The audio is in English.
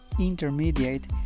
intermediate